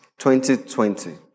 2020